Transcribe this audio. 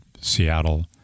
Seattle